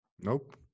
Nope